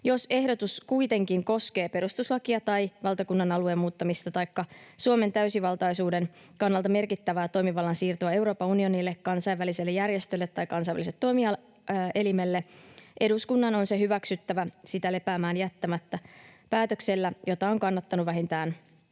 Jos ehdotus kuitenkin koskee perustuslakia tai valtakunnan alueen muuttamista taikka Suomen täysivaltaisuuden kannalta merkittävää toimivallan siirtoa Euroopan unionille, kansainväliselle järjestölle tai kansainväliselle toimielimelle, eduskunnan on se hyväksyttävä sitä lepäämään jättämättä päätöksellä, jota on kannattanut vähintään kaksi